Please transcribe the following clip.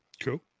Cool